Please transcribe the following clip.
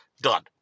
done